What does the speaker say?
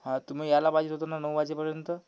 तुम्ही यायला पाहिजे होतं ना नऊ वाजेपर्यंत